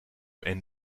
ein